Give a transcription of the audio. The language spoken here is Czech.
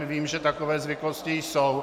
Vím, že takové zvyklosti jsou.